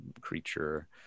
creature